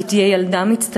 כי היא תהיה ילדה מצטיינת,